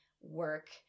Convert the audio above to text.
work